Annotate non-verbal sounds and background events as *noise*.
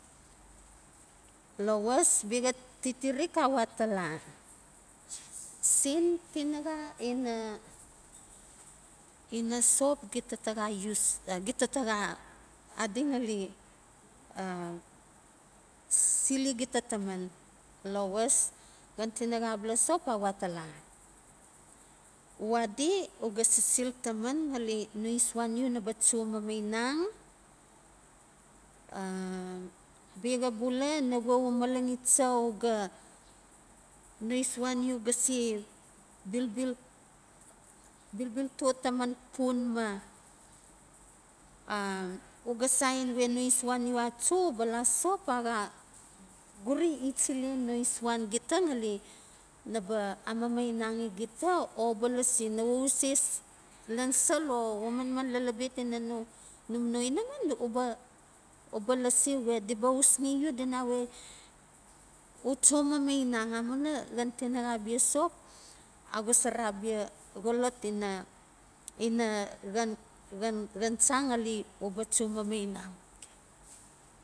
Lowas biaxa titirik a we atala, sen tinaxa ina ina sop gite ta xa *hesitation* gita taxa adi ngali a sili gita taman? Lowas xan tinaxa abala sop a we atala, adi u ga sisil taman ngali no isuan u naba cho mamainang a bia xa bula ngove u malaxicha u ga, no isuan u gase bilbil bilbilto taman pun ma u ga saen we no isuan u a cho bala sop axa guri i chilen no isuan gita ngali naba amamainariki gita o uba lasi nawe u eses lan sel o o u manman lalabet ina no num no inaman u ba lase we diba uski u di na we u cho mamainang a muina xan tinaxa abia sop a xosora abia xolot ina ina xan xan xan cha ngali u ba cho mamainang.